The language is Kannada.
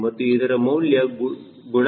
ಮತ್ತು ಇದರ ಮೌಲ್ಯ ಗುಣಾತ್ಮಕ 0